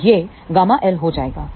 तो यह ƬL हो जाएगा